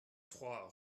trois